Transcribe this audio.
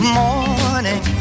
morning